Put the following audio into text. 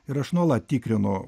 ir aš nuolat tikrinu